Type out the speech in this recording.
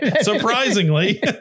surprisingly